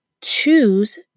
choose